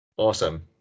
Awesome